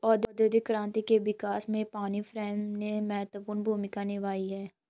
औद्योगिक क्रांति के विकास में पानी फ्रेम ने महत्वपूर्ण भूमिका निभाई है